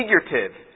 figurative